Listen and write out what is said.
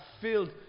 filled